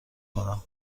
کنم